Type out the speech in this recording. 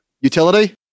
Utility